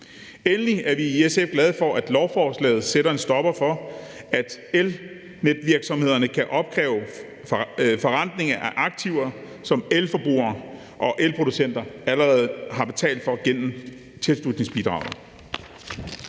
Endelig er vi i SF glade for, at lovforslaget sætter en stopper for, at elnetvirksomhederne kan opkræve forrentning af aktiver, som elforbrugere og elproducenter allerede har betalt for gennem tilslutningsbidraget.